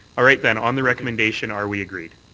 all right, then. on the recommendation, are we agreed?